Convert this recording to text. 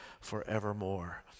forevermore